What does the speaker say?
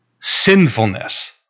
sinfulness